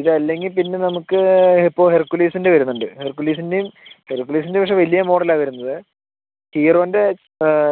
ഇതല്ലെങ്കിൽ പിന്നെ നമുക്ക് ഇപ്പൊൾ ഹെർക്കുലീസിൻ്റെ വരുന്നുണ്ട് ഹെർക്കുലീസിൻ്റെയും ഹെർക്കുലീസിൻ്റെ പക്ഷെ വല്ലിയ മോഡലാണ് വെരുന്നത് ഹീറോൻ്റെ